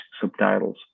subtitles